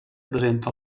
presenta